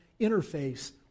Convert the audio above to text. interface